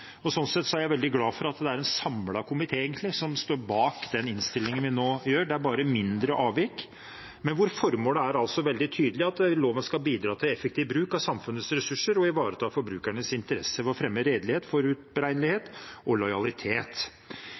Sånn sett er jeg veldig glad for at det er en samlet komité som står bak den innstillingen vi nå har. Det er bare mindre avvik, men formålet er veldig tydelig, nemlig at loven skal bidra til effektiv bruk av samfunnets ressurser og ivareta forbrukernes interesser ved å fremme redelighet, forutberegnelighet og lojalitet.